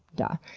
duh.